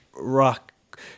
Rock